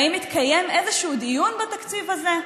האם התקיים איזשהו דיון בתקציב הזה?